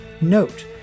Note